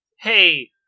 Hey